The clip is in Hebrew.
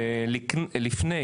לפני